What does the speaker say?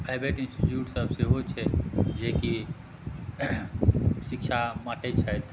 private institute सब सेहो छै जेकि शिक्षा बाँटैत छथि